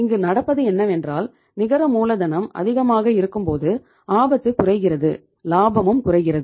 இங்கு நடப்பது என்னவென்றால் நிகர மூலதனம் அதிகமாக இருக்கும்போது ஆபத்து குறைகிறது லாபமும் குறைகிறது